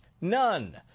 None